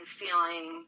feeling